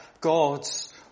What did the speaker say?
God's